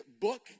book